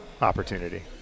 opportunity